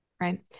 right